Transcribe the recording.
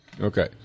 Okay